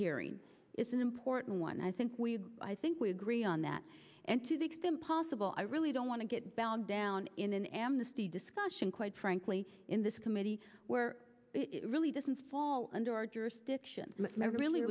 hearing is an important one i think we i think we agree on that and to the extent possible i really don't want to get bound down in an amnesty discussion quite frankly in this committee where it really doesn't fall under